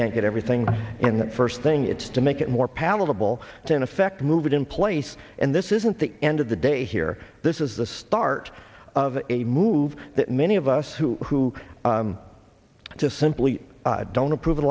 can't get everything in that first thing it's to make it more palatable to in effect move it in place and this isn't the end of the day here this is the start of a move that many of us who just simply don't approve of